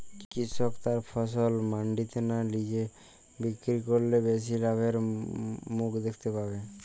কৃষক তার ফসল মান্ডিতে না নিজে বিক্রি করলে বেশি লাভের মুখ দেখতে পাবে?